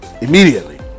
Immediately